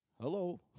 Hello